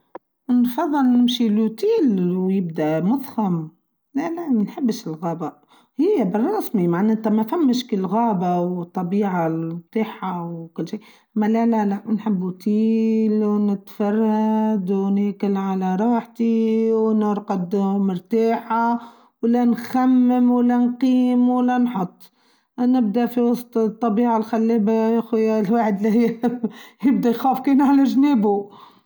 نفظل نمشي الأوتيل و يبدا مفخم لا لا ما نحبش الغابه هى بالراسبي ماعناتا ما فمش كالغابه و طبيعه تاعها وكل شئ ما لا لا لا نحبوأوتييييل و نتفرد و ناكل على راحتي و نرقد مرتاحه ولا نخمم ولا نقيم ولا نحط أنا أبدا في وسط الطبيعه الخلابه يا أخويا الواحد هههه يبداو يخاف كينهاجنابو.